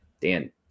Dan